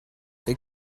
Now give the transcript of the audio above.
they